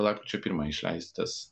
lapkričio pirmą išleistas